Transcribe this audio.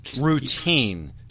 routine